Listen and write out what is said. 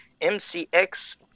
MCX